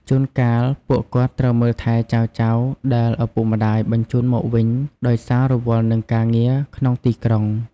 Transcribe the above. ជួនកាល ពួកគាត់ត្រូវមើលថែចៅៗដែលឪពុកម្ដាយបញ្ជូនមកវិញដោយសាររវល់នឹងការងារក្នុងទីក្រុង។